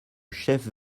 chef